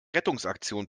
rettungsaktion